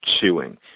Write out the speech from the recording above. chewing